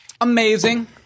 Amazing